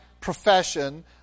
profession